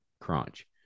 crunch